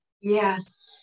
Yes